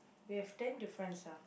we have ten difference ah